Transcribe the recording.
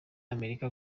amerika